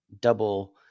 double